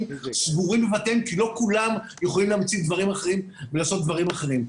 סגורים בבתיהם כי לא כולם יכולים להמציא דברים אחרים ולעשות דברים אחרים.